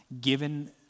given